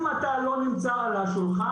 אם אתה לא נמצא על השולחן,